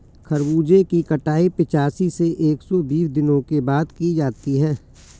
खरबूजे की कटाई पिचासी से एक सो बीस दिनों के बाद की जाती है